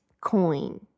coin